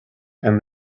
and